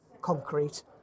concrete